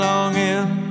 Longing